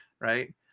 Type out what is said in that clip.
right